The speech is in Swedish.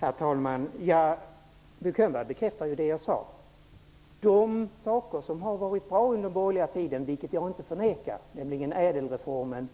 Herr talman! Bo Könberg bekräftar det jag sade. De saker som har varit bra under den borgerliga tiden -- jag förnekar inte att det finns sådana -- nämligen ÄDEL-reformen,